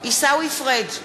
עיסאווי פריג'